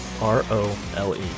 R-O-L-E